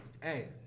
Hey